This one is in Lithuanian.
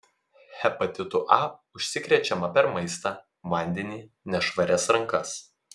hepatitu a užsikrečiama per maistą vandenį nešvarias rankas